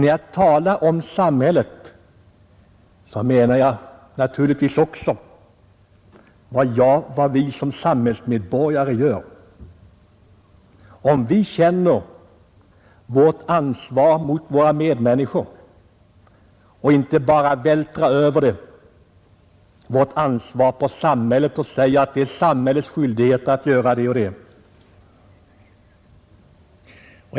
När jag talar om samhället menar jag naturligtvis också vad vi som samhällsmedborgare gör, om vi känner vårt ansvar mot våra medmänniskor och inte bara vältrar över det på samhället och säger, att det är samhällets plikt och skyldighet att taga hand om dessa som på ett eller annat sätt råkat komma i svårigheter.